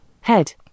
head